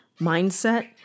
mindset